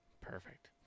Perfect